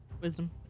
Wisdom